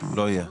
לא יהיה.